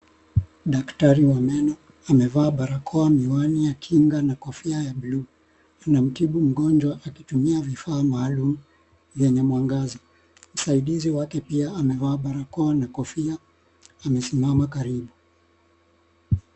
Daktari wa meno, amevaa barakoa, miwani ya kinga na kofia ya buluu. Anamtibu mgonjwa akitumia vifaa maalum vyenye mwangaza. Msaidizi wake pia amevaa barakoa na kofia amesimama karibu.